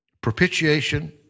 Propitiation